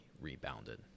rebounded